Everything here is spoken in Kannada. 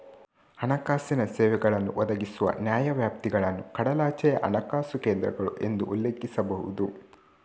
ಹಣಕಾಸಿನ ಸೇವೆಗಳನ್ನು ಒದಗಿಸುವ ನ್ಯಾಯವ್ಯಾಪ್ತಿಗಳನ್ನು ಕಡಲಾಚೆಯ ಹಣಕಾಸು ಕೇಂದ್ರಗಳು ಎಂದು ಉಲ್ಲೇಖಿಸಬಹುದು